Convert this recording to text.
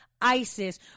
ISIS